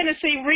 Tennessee